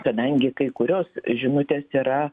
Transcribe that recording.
kadangi kai kurios žinutės yra